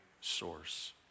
source